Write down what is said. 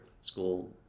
school